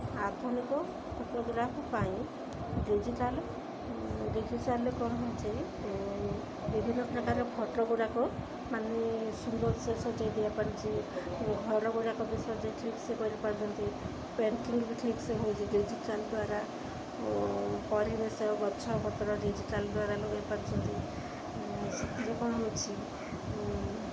ଆପଣଙ୍କ ଫଟୋଗ୍ରାଫ୍ ପାଇଁ ଡିଜିଟାଲ୍ ଦେଖିସାରିଲେ କ'ଣ ହେଉଛି ବିଭିନ୍ନପ୍ରକାର ଫଟୋଗୁଡ଼ାକ ମାନେ ସିଙ୍ଗଲ୍ ସେ ସଜେଇ ଦେଇପାରୁଛି ଘରଗୁଡ଼ାକ ବି ସଜେଇ ଠିକ୍ସେ କରିପାରୁନ୍ତି ପେଣ୍ଟିଂ ବି ଠିକ୍ସେ ହେଉଛି ଡିଜିଟାଲ୍ ଦ୍ୱାରା ପରିବେଶ ଗଛପତ୍ର ଡିଜିଟାଲ୍ ଦ୍ୱାରା ଲଗାଇ ପାରୁଛନ୍ତି ସେଥିରେ କ'ଣ ହେଉଛି